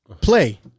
play